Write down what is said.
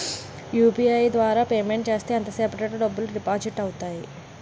UPI ద్వారా payment చేస్తే ఎంత సేపటిలో డబ్బులు డిపాజిట్ అవుతాయి?